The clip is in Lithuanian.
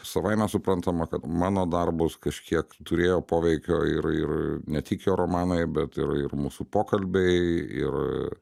ir savaime suprantama kad mano darbus kažkiek turėjo poveikio ir ir ne tik jo romanai bet ir ir mūsų pokalbiai ir